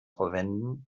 verwenden